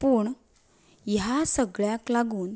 पूण ह्या सगळ्याक लागून